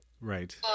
Right